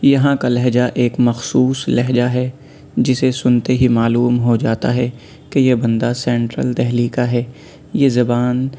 یہاں کا لہجہ ایک مخصوص لہجہ ہے جسے سنتے ہی معلوم ہو جاتا ہے کہ یہ بندہ سینٹرل دہلی کا ہے یہ زبان